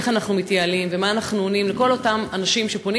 איך אנחנו מתייעלים ומה אנחנו עונים לכל אותם אנשים שפונים